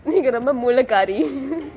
நீங்கே ரொம்ப மூலேக்காரி:neenge rombe moolekaari